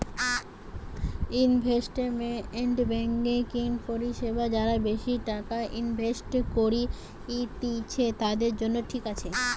investment banking পরিষেবা যারা বেশি টাকা ইনভেস্ট করত্তিছে, তাদের জন্য ঠিক আছে